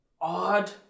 odd